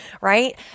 right